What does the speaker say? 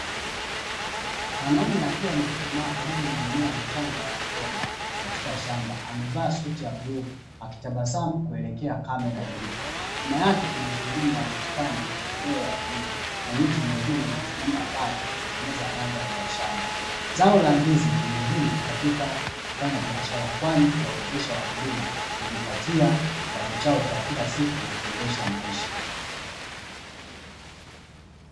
Mwanaume akiwa amechuchumaa karibu na mmea mchanga wa magomba katika shamba, amevaa suti ya bluu akitabasamu kuelekea kamera ilipo. Nyuma yake kuna gurudumu la bustani lenye ndoo ya bluu na miti mingine imesimama mbali ikitengeneza mandhari ya shamba. Zao la ndizi ni muhimu katika kufanya biashara kwani kuwawezesha wakulima kujipatia kipato chao cha kila siku na kuendesha maisha.